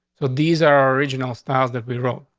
so these are original styles that we wrote.